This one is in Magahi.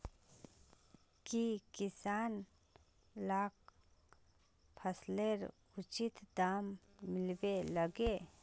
की किसान लाक फसलेर उचित दाम मिलबे लगे?